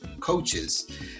coaches